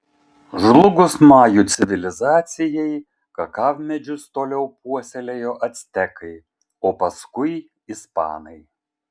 žlugus majų civilizacijai kakavmedžius toliau puoselėjo actekai o paskui ispanai